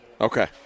Okay